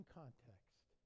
context